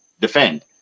defend